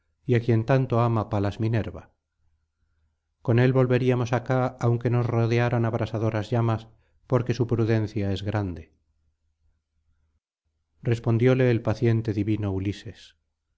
y á quien tanto ama palas minerva con él volveríamos acá aunque nos rodearan abrasadoras llamas porque su prudencia es grande respondióle el paciente divino ulises